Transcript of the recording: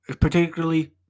particularly